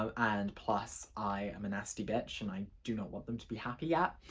um and plus i am a nasty bitch and i do not want them to be happy yet.